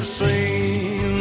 seen